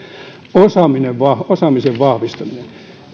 osaamisen vahvistaminen